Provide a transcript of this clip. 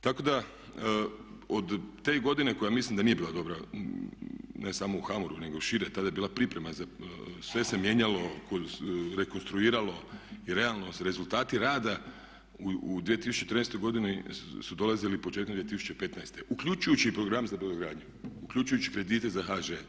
Tako da od te godine koja mislim da nije dobra ne samo u HBOR-u, nego i šire, tada je bila priprema za, sve se je mijenjalo, rekonstruiralo i realno su rezultati rada u 2014. godini su dolazili početkom 2015. uključujući i program za brodogradnju, uključujući i kredite za HŽ.